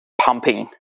pumping